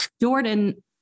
Jordan